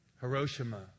Hiroshima